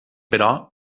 però